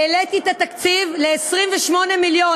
העליתי את התקציב ל-28 מיליון.